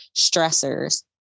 stressors